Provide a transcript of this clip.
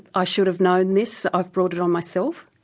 i should have known this. i've brought it on myself?